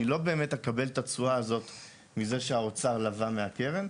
אני לא באמת אקבל את התשואה הזאת מזה שהאוצר לווה מהקרן.